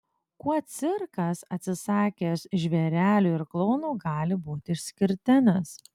kuo cirkas atsisakęs žvėrelių ir klounų gali būti išskirtinis